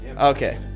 Okay